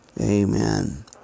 Amen